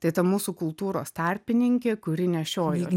tai ta mūsų kultūros tarpininkė kuri nešiojo